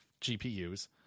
gpus